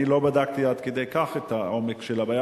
אני לא בדקתי עד כדי כך את העומק של הבעיה,